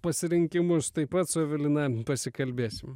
pasirinkimus taip pat su evelina pasikalbėsim